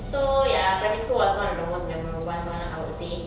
so ya primary school was one of the most memorable ones [one] I would say